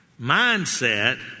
mindset